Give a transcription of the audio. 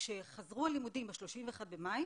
כשחזרו הלימודים ב-31 במאי